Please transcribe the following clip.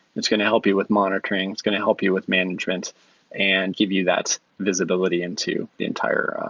it's going to help you with monitoring. it's going to help you with management and give you that visibility into the entire,